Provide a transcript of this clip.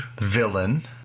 villain